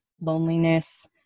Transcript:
loneliness